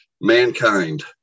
mankind